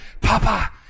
Papa